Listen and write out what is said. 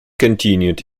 continued